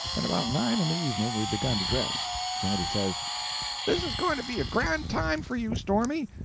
and about nine in the evening we begun to dress. sandy says this is going to be a grand time for you, stormy.